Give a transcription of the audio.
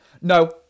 No